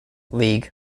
league